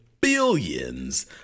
billions